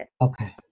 Okay